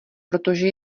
protože